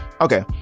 okay